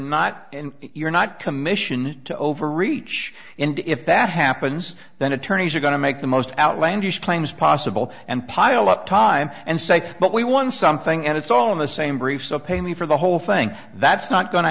not you're not commission to overreach and if that happens then attorneys are going to make the most outlandish claims possible and pile up time and say but we won something and it's all in the same brief so pay me for the whole thing that's not go